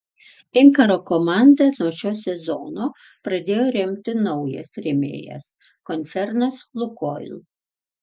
inkaro komandą nuo šio sezono pradėjo remti naujas rėmėjas koncernas lukoil